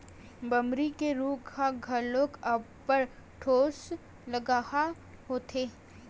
बमरी के रूख ह घलो अब्बड़ ठोसलगहा होथे